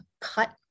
cut